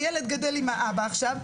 הילד גדל עם האבא עכשיו,